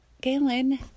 Galen